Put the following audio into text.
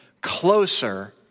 closer